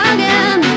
Again